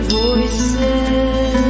voices